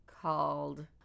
Called